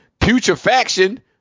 putrefaction